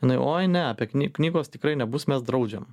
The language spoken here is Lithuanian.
jinai oi ne apie kny knygos tikrai nebus mes draudžiam